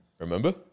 remember